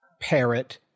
parrot